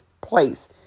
place